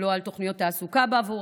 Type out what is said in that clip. לא על תוכניות תעסוקה בעבורם,